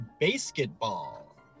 Basketball